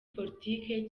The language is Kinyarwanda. politiki